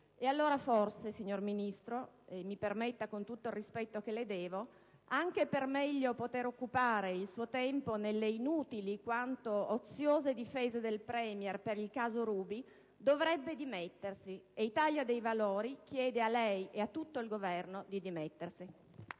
Allora forse, signor Ministro (mi permetta, con tutto il rispetto che le devo), anche per meglio poter occupare il suo tempo nelle inutili quanto oziose difese del *Premier* per il caso Ruby, dovrebbe dimettersi, e l'Italia dei Valori chiede a lei e a tutto il Governo di dimettersi.